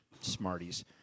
Smarties